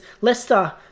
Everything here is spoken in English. Leicester